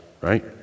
right